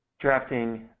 Drafting